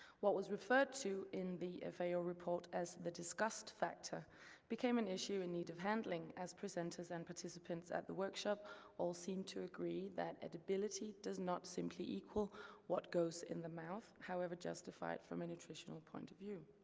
what was referred to in the fao ah report as the disgust factor became an issue in need of handling as presenters and participants at the workshop all seemed to agree that edibility does not simply equal what goes in the mouth, however justified from a nutritional point of view.